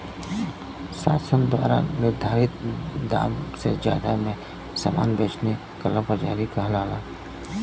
शासन द्वारा निर्धारित दाम से जादा में सामान बेचना कालाबाज़ारी कहलाला